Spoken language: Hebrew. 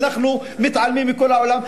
ואנחנו מתעלמים מכל העולם.